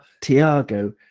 Tiago